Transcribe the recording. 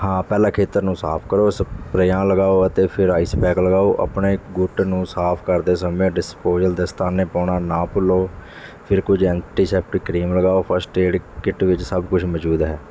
ਹਾਂ ਪਹਿਲਾਂ ਖੇਤਰ ਨੂੰ ਸਾਫ਼ ਕਰੋ ਸਪਰੇਹਾਂ ਲਗਾਓ ਅਤੇ ਫਿਰ ਆਈਸ ਪੈਕ ਲਗਾਓ ਆਪਣੇ ਗੁੱਟ ਨੂੰ ਸਾਫ਼ ਕਰਦੇ ਸਮੇਂ ਡਿਸਪੋਜ਼ੇਬਲ ਦਸਤਾਨੇ ਪਾਉਣਾ ਨਾ ਭੁੱਲੋ ਫਿਰ ਕੁਝ ਐਂਟੀਸੈਪਟਿਕ ਕਰੀਮ ਲਗਾਓ ਫਸਟ ਏਡ ਕਿੱਟ ਵਿੱਚ ਸਭ ਕੁਛ ਮੌਜੂਦ ਹੈ